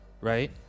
Right